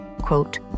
quote